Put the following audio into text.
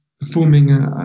performing